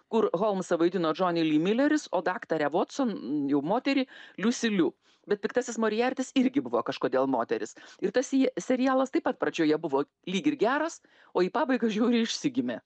kur holmsą vaidino džoni li mileris o daktarę votson jau moterį liusi liu bet piktasis moriartis irgi buvo kažkodėl moteris ir tas sie serialas taip pat pradžioje buvo lyg ir geras o į pabaigą žiauriai išsigimė